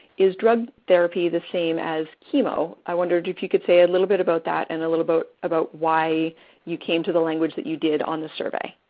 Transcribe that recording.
is drug therapy the same as chemo? i wondered if you could say a little bit about that and a little about why you came to the language that you did on the survey.